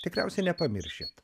tikriausiai nepamiršit